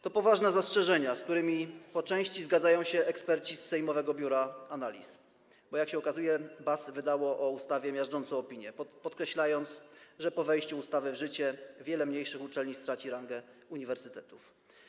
To poważne zastrzeżenia, z którymi po części zgadzają się eksperci z sejmowego biura analiz, bo jak się okazuje, BAS wydało o ustawie miażdżącą opinię, podkreślając, że po wejściu ustawy w życie wiele mniejszych uczelni straci rangę uniwersytetów.